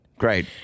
Great